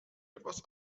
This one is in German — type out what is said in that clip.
etwas